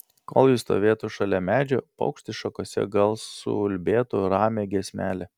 kol ji stovėtų šalia medžio paukštis šakose gal suulbėtų ramią giesmelę